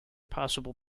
possible